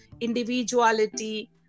individuality